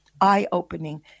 eye-opening